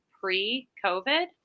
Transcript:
pre-COVID